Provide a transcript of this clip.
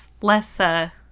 less